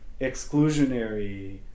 exclusionary